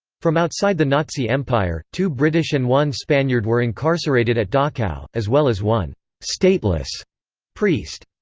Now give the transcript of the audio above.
from outside the nazi empire, two british and one spaniard were incarcerated at dachau, as well as one stateless priest.